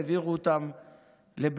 העבירו אותם לבן-גוריון,